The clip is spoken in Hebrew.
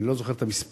אני לא זוכר את המספר,